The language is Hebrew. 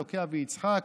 אלוקי אבי יצחק,